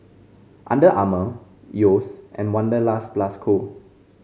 Under Armour Yeo's and Wanderlust Plus Co